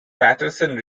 patterson